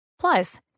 Plus